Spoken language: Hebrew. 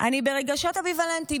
זה מה שרציתי להגיד, אמביוולנטיות.